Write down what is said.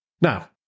Now